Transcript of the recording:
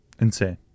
Insane